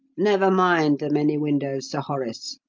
never mind the many windows, sir horace.